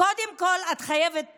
קודם כול את חייבת